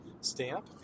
stamp